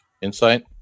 Insight